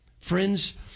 Friends